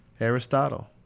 Aristotle